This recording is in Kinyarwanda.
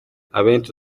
abenshi